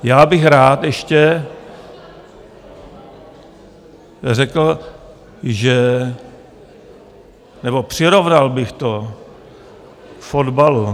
Já bych rád ještě řekl, nebo přirovnal bych to k fotbalu.